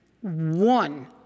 One